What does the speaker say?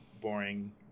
boring